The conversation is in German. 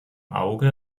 auge